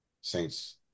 Saints